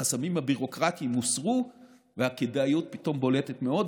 החסמים הביורוקרטיים הוסרו והכדאיות פתאום בולטת מאוד,